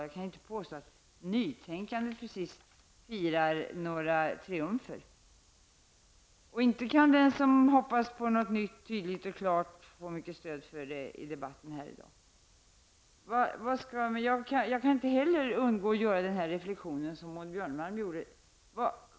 Jag kan inte påstå att nytänkandet precis firar några triumfer. Inte kan den som hoppas på något nytt, tydligt och klart få mycket stöd för det i debatten i dag. Jag kan inte heller underlåta att göra samma reflexion som Maud Björnemalm gjorde.